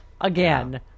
again